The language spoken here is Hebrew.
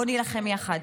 בוא נילחם יחד.